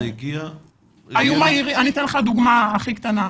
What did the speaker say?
אני אתן לך דוגמה קטנה.